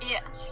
Yes